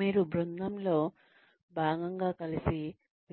మీరు బృందంలో భాగంగా కలిసి